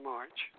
March